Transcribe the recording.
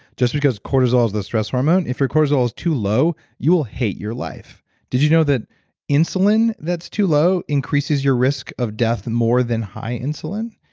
just because cortisol is the stress hormone, if your cortisol is too low you will hate your life did you know that insulin that's too low increases your risk of death more than high insulin?